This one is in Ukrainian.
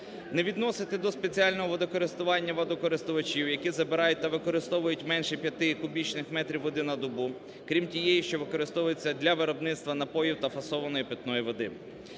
Не відносити до спеціального водокористування водокористувачів, які забирають та використовують менше п'яти кубічних метрів води на добу, крім тієї, що використовується для виробництва напоїв та фасованої питної води.